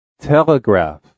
telegraph